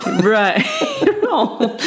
Right